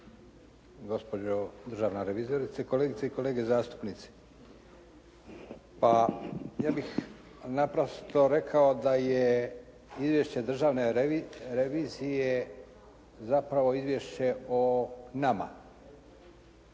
gospođo državna revizorice, kolegice i kolege zastupnici. Pa, ja bih naprosto rekao da je izvješće Državne revizije zapravo izvješće o nama